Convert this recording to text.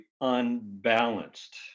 unbalanced